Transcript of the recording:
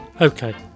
okay